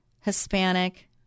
Hispanic